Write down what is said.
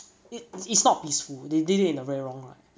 it's it's not peaceful they did it in a very wrong right